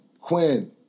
Quinn